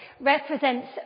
represents